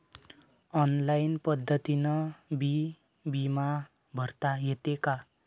Online पद्धतीनं बी बिमा भरता येते का?